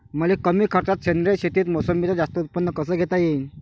मले कमी खर्चात सेंद्रीय शेतीत मोसंबीचं जास्त उत्पन्न कस घेता येईन?